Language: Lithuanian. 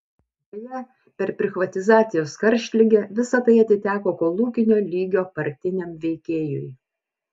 deja per prichvatizacijos karštligę visa tai atiteko kolūkinio lygio partiniam veikėjui